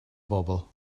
bobl